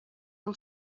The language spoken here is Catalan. del